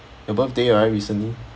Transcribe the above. your birthday right recently